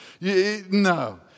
No